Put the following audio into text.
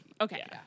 Okay